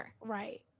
Right